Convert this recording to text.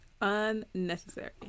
unnecessary